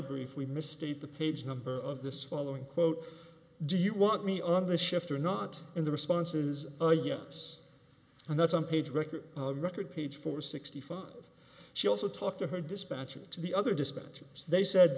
brief we misstate the page number of this following quote do you want me on the shift or not in the responses oh yes and that's on page record record page four sixty five she also talked to her dispatcher to the other dispatchers they said